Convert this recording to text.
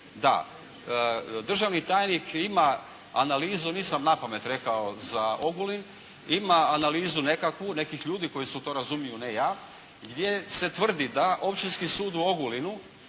da državni tajnik ima analizu, nisam napamet rekao, za Ogulin, ima analizu nekakvu nekih ljudi koji se u to razumiju a ne ja gdje se tvrdi da Općinski sud u Ogulinu